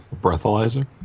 Breathalyzer